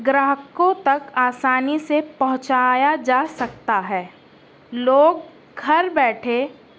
گراہکوں تک آسانی سے پہنچایا جا سکتا ہے لوگ گھر بیٹھے